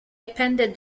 appended